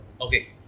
Okay